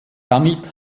damit